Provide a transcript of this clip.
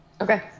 Okay